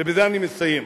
ובזה אני מסיים,